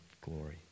glory